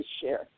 share